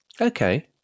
Okay